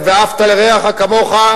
ואהבת לרעך כמוך,